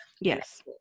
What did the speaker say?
Yes